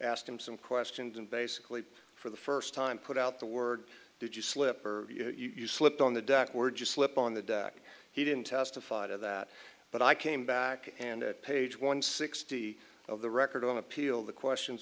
asked him some questions and basically for the first time put out the word did you slip or you slipped on the deck were just slip on the deck he didn't testify to that but i came back and at page one sixty of the record on appeal the questions